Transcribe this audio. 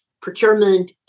procurement